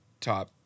top